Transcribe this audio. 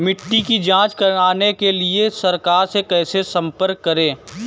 मिट्टी की जांच कराने के लिए सरकार से कैसे संपर्क करें?